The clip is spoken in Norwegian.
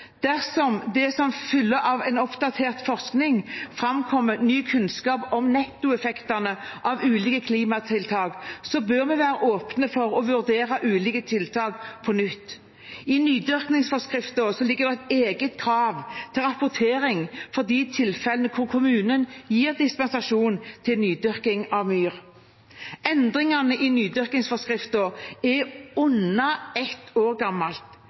Dersom det som følge av oppdatert forskning framkommer ny kunnskap om nettoeffektene av ulike klimatiltak, bør vi være åpne for å vurdere ulike tiltak på nytt. I nydyrkingsforskriften ligger det et eget krav til rapportering for de tilfellene der kommunen gir dispensasjon til nydyrking av myr. Endringene i nydyrkingsforskriften er under ett år